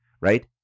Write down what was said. right